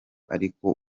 ariko